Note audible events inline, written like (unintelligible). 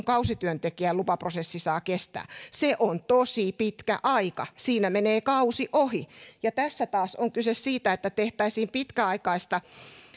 (unintelligible) kausityöntekijän lupaprosessi saa kestää se on tosi pitkä aika siinä menee kausi ohi tässä taas on kyse siitä että tehtäisiin pitkäaikaista